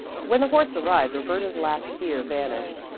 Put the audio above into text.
when the horse arrived roberta's last fear vanished.